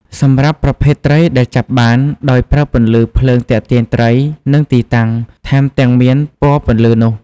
សម្រាប់ប្រភេទត្រីដែលចាប់បាន ដោយប្រើពន្លឺភ្លើងទាក់ទាញត្រី និងទីតាំង ថែមទាំងមានពណ៌ពន្លឺនោះ។